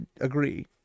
agree